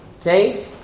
Okay